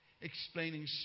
explaining